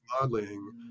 modeling